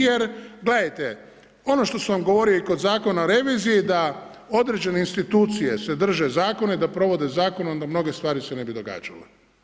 Jer gledajte ono što sam vam govorio i kod Zakona o reviziji da određene institucije se drže zakona i da provode zakon, onda mnoge stvari se ne bi događale.